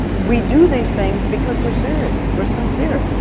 we do these things because we're serious. we're sincere.